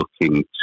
looking